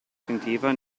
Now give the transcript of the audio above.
sentiva